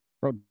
bro